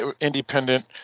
independent